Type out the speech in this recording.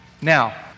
Now